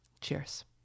Cheers